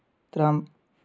trump